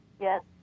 Yes